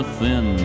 thin